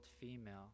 female